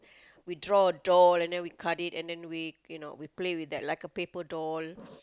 we draw a draw and then we cut it and then we you know we play with that like a paper doll